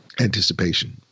anticipation